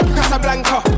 Casablanca